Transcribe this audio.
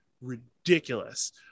ridiculous